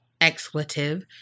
expletive